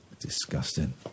Disgusting